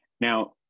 Now